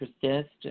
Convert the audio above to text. persist